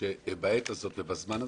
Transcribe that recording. שזה הזמן.